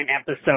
episode